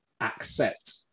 accept